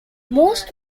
most